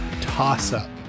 toss-up